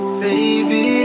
baby